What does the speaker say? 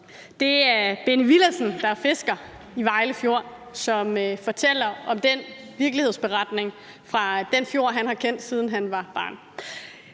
Det er Benny Villadsen, der er fisker i Vejle Fjord, som fortæller den virkelighedsberetning fra den fjord, han har kendt, siden han var barn.